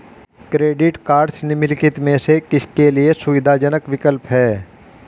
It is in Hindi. क्रेडिट कार्डस निम्नलिखित में से किसके लिए सुविधाजनक विकल्प हैं?